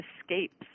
escapes